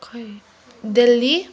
खै दिल्ली